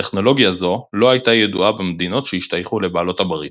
טכנולוגיה זו לא הייתה ידועה במדינות שהשתייכו לבעלות הברית.